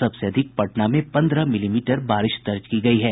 सबसे अधिक पटना में पंद्रह मिलीमीटर बारिश दर्ज की गयी है